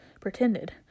pretended